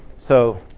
so